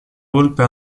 volpe